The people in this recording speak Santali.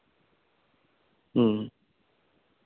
ᱦᱮᱸ